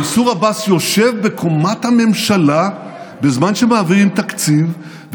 מנסור עבאס יושב בקומת הממשלה בזמן שמעבירים תקציב,